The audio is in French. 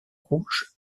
rouge